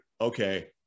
okay